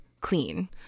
clean